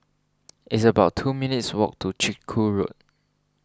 it's about two minutes' walk to Chiku Road